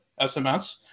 SMS